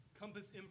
Compass